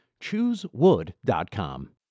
ChooseWood.com